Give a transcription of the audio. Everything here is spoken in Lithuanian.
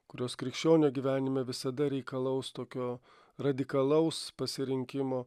kurios krikščionio gyvenime visada reikalaus tokio radikalaus pasirinkimo